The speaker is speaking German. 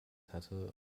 hatte